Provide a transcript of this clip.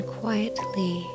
quietly